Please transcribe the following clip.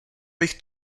bych